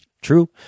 true